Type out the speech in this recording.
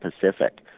Pacific